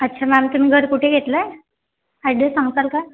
अच्छा मॅम तुम्ही घर कुठे घेतलं आहे ॲड्रेस सांगता का